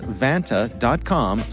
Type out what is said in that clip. vanta.com